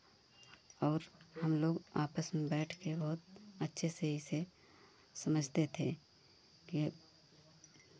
और हम लोग आपस में बैठ के बहुत अच्छे से इसे समझते थे कि